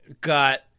got